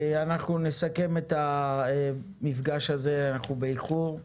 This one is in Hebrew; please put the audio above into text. אנחנו נסכם את המפגש הזה, אנחנו באיחור.